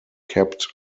kept